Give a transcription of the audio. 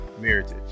Meritage